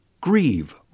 Grieve